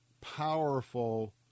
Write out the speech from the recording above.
powerful